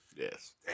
Yes